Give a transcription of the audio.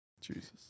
jesus